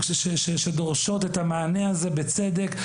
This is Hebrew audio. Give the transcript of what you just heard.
שדורשות את המענה הזה, ובצדק.